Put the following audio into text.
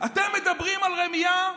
אתם מדברים על רמייה?